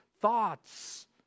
thoughts